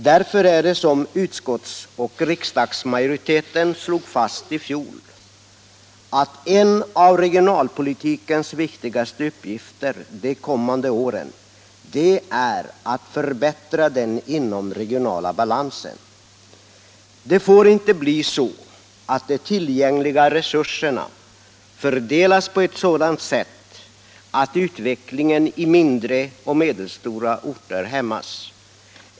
Det var också därför utskottsoch riksdagsmajoriteten slog fast i fjol att en av regionalpolitikens viktigaste uppgifter de kommande åren är att förbättra den inomregionala balansen. De tillgängliga resurserna får inte fördelas på ett sådant sätt att utvecklingen i mindre och medelstora orter hämmas.